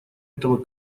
этого